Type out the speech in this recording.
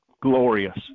glorious